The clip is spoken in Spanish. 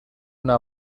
una